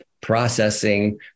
processing